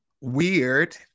weird